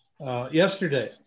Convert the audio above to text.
Yesterday